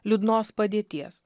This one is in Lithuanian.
liūdnos padėties